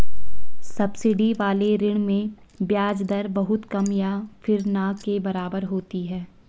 subsidy वाले ऋण में ब्याज दर बहुत कम या फिर ना के बराबर होती है